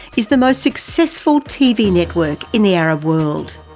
is the most successful tv network in the arab world.